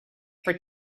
for